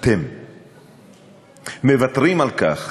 אתם מוותרים על כך